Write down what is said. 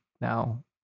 now